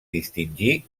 distingir